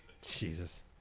Jesus